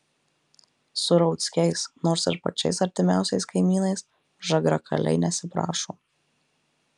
su rauckiais nors ir pačiais artimiausiais kaimynais žagrakaliai nesiprašo